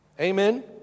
Amen